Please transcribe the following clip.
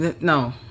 no